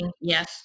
yes